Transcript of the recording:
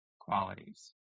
qualities